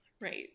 Right